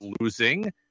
losing